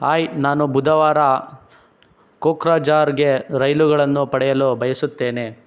hi ನಾನು ಬುಧವಾರ ಕೋಕ್ರಜಾರ್ಗೆ ರೈಲುಗಳನ್ನು ಪಡೆಯಲು ಬಯಸುತ್ತೇನೆ